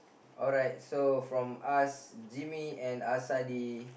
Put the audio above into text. alright so from us Jimmy and Asadi